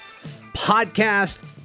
podcast